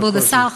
אז כבוד השר,